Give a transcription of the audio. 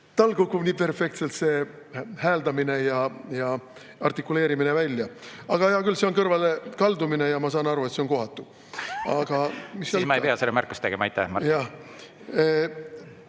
tal kukub nii perfektselt see hääldamine ja artikuleerimine välja. Aga hea küll, see on kõrvalekaldumine ja ma saan aru, et see on kohatu. (Naerab.) Siis ma ei pea seda märkust tegema. Aitäh, Mart!